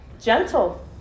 gentle